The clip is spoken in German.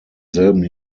selben